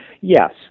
yes